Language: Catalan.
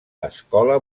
escola